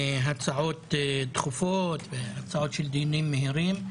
הצעות דחופות והצעות של דיונים מהירים,